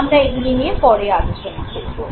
আমরা এগুলি নিয়ে পরে আলোচনা করবো